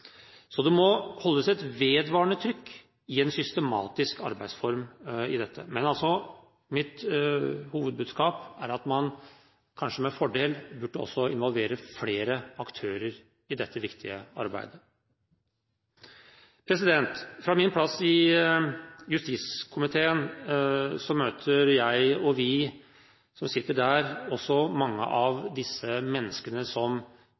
Så det må holdes et vedvarende trykk på en systematisk arbeidsform i dette. Men mitt hovedbudskap er at man med fordel også burde involvere flere aktører i dette viktige arbeidet. Fra min plass i justiskomiteen møter jeg – og vi som sitter der – mange av de menneskene som